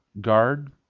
guard